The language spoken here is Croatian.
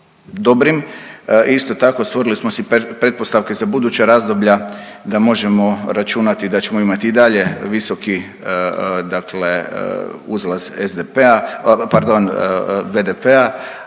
dobrim i isto tako stvorili smo si pretpostavke za buduća razdoblja da možemo računati da ćemo imati i dalje visoki dakle uzlaz SDP-a